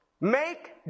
make